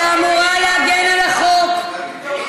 שאמורה להגן על החוק.